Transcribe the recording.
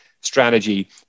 strategy